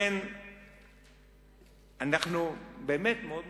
אנחנו באמת מאוד מוטרדים.